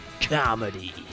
comedy